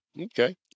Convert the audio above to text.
Okay